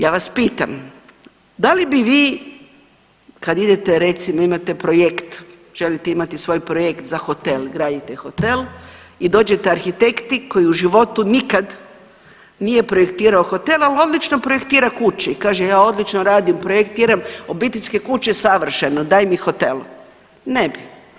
Ja vas pitam, da li bi vi kad idete recimo, imate projekt, želite imati svoj projekt za hotel, gradite hotel i dođete arhitektu koji u životu nikad nije projektirao hotel, al odlično projektira kuće i kaže ja odlično radim i projektiram obiteljske kuće savršeno, daj mi hotel, ne bi.